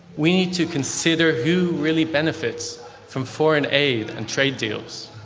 we need to consider who really benefits from foreign aid and trade deals.